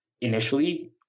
initially